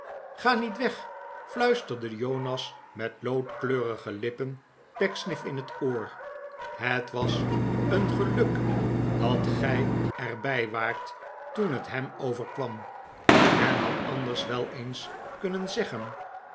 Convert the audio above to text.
ga niet weg fluisterde jonas met loodkleurige lippen pecksniff in het oor het was een geluk dat gij er bij waart toen het hem overkwam men had anders wel eens kunnen zeggen